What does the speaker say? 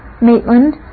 Maitland